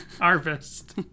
harvest